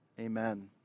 Amen